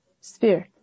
spirit